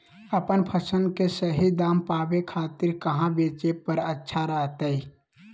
अपन फसल के सही दाम पावे खातिर कहां बेचे पर अच्छा रहतय?